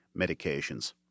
medications